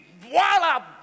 Voila